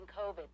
COVID